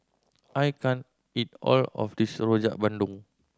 I can't eat all of this Rojak Bandung